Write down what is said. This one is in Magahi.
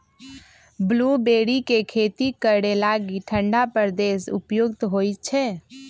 ब्लूबेरी के खेती करे लागी ठण्डा प्रदेश उपयुक्त होइ छै